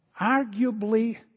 arguably